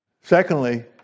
Secondly